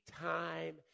time